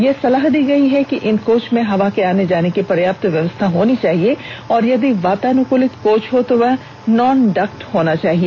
यह सलाह दी गई है कि इन कोच में हवा के आने जाने की पर्याप्त व्यवस्था होनी चाहिए और यदि वातानुकूलित कोच हो तो वह नॉन डक्टेड होना चाहिए